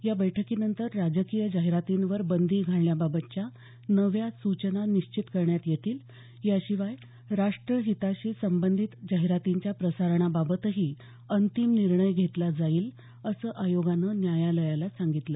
या बैठकीनंतर राजकीय जाहिरातींवर बंदी घालण्याबाबतच्या नव्या सूचना निश्चित करण्यात येतील याशिवाय राष्ट्र हिताशी संबंधित जाहिरातींच्या प्रसारणाबाबतही अंतिम निर्णय घेतला जाईल असं आयोगानं न्यायालयाला सांगितलं